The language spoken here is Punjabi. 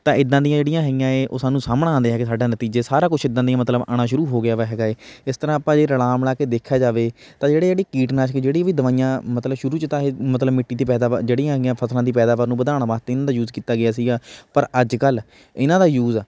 ਤਾਂ ਇੱਦਾਂ ਦੀਆਂ ਜਿਹੜੀਆਂ ਹੇਇਆਂ ਹੈ ਉਹ ਸਾਨੂੰ ਸਾਹਮਣਾ ਆਉਂਦੇ ਹੈਗੇ ਸਾਡਾ ਨਤੀਜੇ ਸਾਰਾ ਕੁਛ ਇੱਦਾਂ ਦੀਆਂ ਮਤਲਬ ਆਉਣਾ ਸ਼ੁਰੂ ਹੋ ਗਿਆ ਵਾ ਹੈਗਾ ਹੈ ਇਸ ਤਰ੍ਹਾਂ ਆਪਾਂ ਜੇ ਰਲਾ ਮਿਲਾ ਕੇ ਦੇਖਿਆ ਜਾਵੇ ਤਾਂ ਜਿਹੜੇ ਜਿਹੜੀ ਕੀਟਨਾਸ਼ਕ ਜਿਹੜੀ ਵੀ ਦਵਾਈਆਂ ਮਤਲਬ ਸ਼ੁਰੂ 'ਚ ਤਾਂ ਇਹ ਮਤਲਬ ਮਿੱਟੀ 'ਤੇ ਪੈਦਾਵਾਰ ਜਿਹੜੀਆਂ ਹੈਗੀਆਂ ਫਸਲਾਂ ਦੀ ਪੈਦਾਵਾਰ ਨੂੰ ਵਧਾਉਣ ਵਾਸਤੇ ਇਹਨਾਂ ਦਾ ਯੂਜ਼ ਕੀਤਾ ਗਿਆ ਸੀਗਾ ਪਰ ਅੱਜ ਕੱਲ੍ਹ ਇਹਨਾਂ ਦਾ ਯੂਜ਼